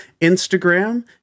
Instagram